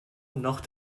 noch